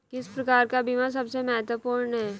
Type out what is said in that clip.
किस प्रकार का बीमा सबसे महत्वपूर्ण है?